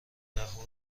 دهها